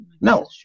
No